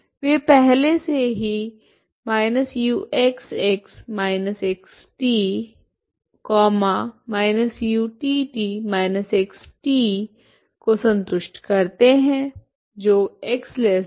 वे पहले से ही uxx x t utt−x t को संतुष्ट करते हैं जो x0 के लिए भिन्न है